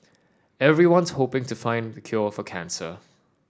everyone's hoping to find the cure for cancer